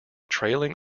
trailing